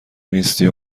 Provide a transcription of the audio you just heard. نیستی